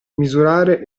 misurare